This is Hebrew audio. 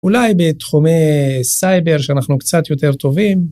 אולי בתחומי סייבר שאנחנו קצת יותר טובים.